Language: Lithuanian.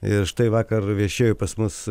ir štai vakar viešėjo pas mus